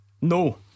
No